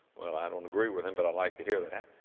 well, i don't agree with him, but i like to hear that,